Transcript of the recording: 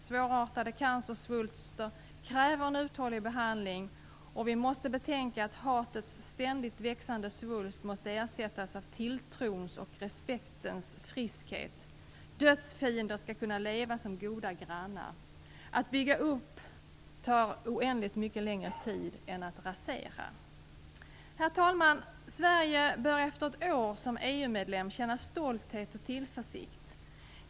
Svårartade cancersvulster kräver en uthållig behandling. Vi måste betänka att hatets ständigt växande svulst måste ersättas av tilltrons och respektens friskhet. Dödsfiender skall kunna leva som goda grannar. Att bygga upp tar oändligt mycket längre tid än att rasera. Herr talman! Sverige bör efter ett år som EU medlem känna stolthet och tillförsikt.